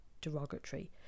derogatory